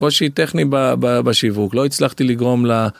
כמו שהיא טכני בשיווק, לא הצלחתי לגרום לה...